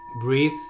breathe